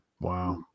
Wow